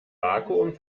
vakuum